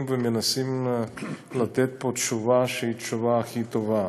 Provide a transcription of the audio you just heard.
ומנסים לתת פה תשובה שהיא התשובה הכי טובה.